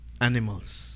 animals